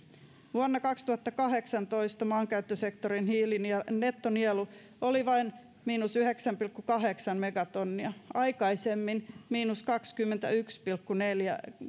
vuonna kaksituhattakahdeksantoista maankäyttösektorin nettonielu oli vain miinus yhdeksän pilkku kahdeksan megatonnia aikaisemman miinus kahdenkymmenenyhden pilkku